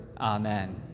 Amen